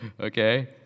Okay